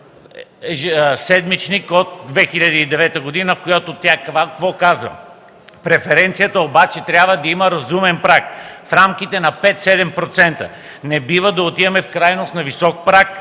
седмичник от 2009 г., в което тя казва: „Преференцията обаче трябва да има разумен праг – в рамките на 5-7%. Не бива да отиваме в крайност на висок праг